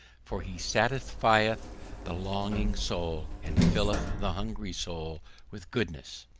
for he satisfieth the longing soul, and filleth the hungry soul with goodness.